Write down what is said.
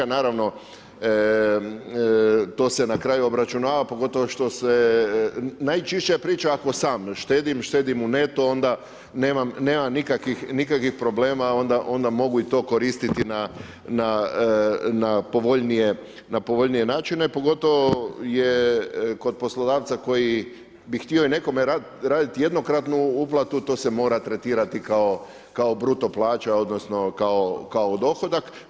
Naravno, to se na kraju obračunava pogotovo što se najčišća je priča ako sam štedim, štedim u neto onda nemam nikakvih problema onda mogu i to koristiti na povoljnije načine, pogotovo je kod poslodavca koji bi htio i nekome raditi jednokratnu uplatu, to se mora tretirati kao bruto plaća odnosno kao dohodak.